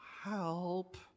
help